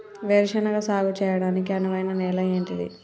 వేరు శనగ సాగు చేయడానికి అనువైన నేల ఏంటిది?